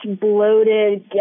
bloated